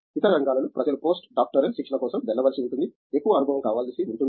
ఇతర రంగాలలో ప్రజలు పోస్ట్ డాక్టోరల్ శిక్షణ కోసం వెళ్ళవలసి ఉంటుంది ఎక్కువ అనుభవం కావలసి ఉంటుంది